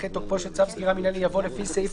אחרי "תוקפו של צו סגירה מינהלי" יבוא "לפי סעיף